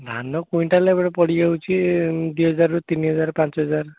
ଧାନ କ୍ୱିଣ୍ଟାଲ ପଡ଼ିଯାଉଛି ଦୁଇ ହଜାରରୁ ତିନି ହଜାର୍ ପାଞ୍ଚ ହଜାର୍